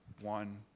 one